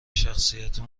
شخصیت